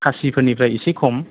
खासिफोरनिफ्राय एसे खम